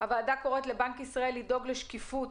הוועדה קוראת לבנק ישראל לדאוג לשקיפות,